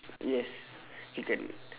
yes chicken